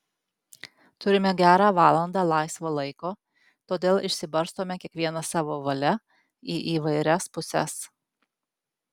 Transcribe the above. turime gerą valandą laisvo laiko todėl išsibarstome kiekvienas savo valia į įvairias puses